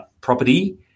property